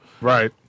right